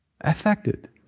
affected